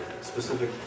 specific